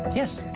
yes.